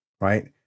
right